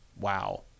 wow